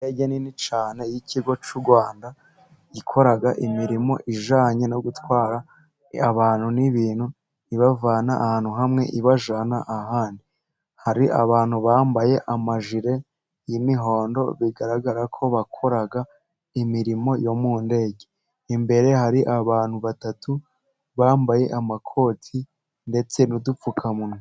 Indege nini cyane y'ikigo cy'u Rwanda gikora imirimo ijyanye no gutwara abantu n'ibintu ibavana ahantu hamwe ibajyana ahandi. Hari abantu bambaye amajire y'imihondo bigaragara ko bakora imirimo yo mu ndege, imbere hari abantu batatu bambaye amakoti ndetse n'udupfukamunwa.